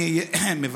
אדוני,